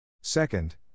Second